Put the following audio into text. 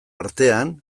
artean